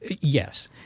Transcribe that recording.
Yes